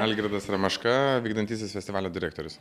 algirdas ramaška vykdantysis festivalio direktorius